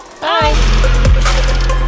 Bye